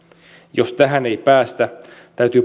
jos tähän ei päästä täytyy